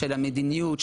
המדיניות,